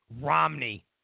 Romney